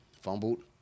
Fumbled